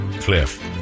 Cliff